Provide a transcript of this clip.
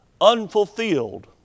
unfulfilled